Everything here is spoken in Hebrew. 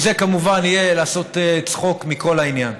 כי זה, כמובן, יהיה לעשות צחוק מכל העניין.